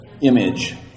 image